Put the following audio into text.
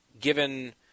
given